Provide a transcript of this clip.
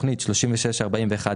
תכנית 36-4101,